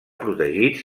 protegits